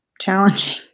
challenging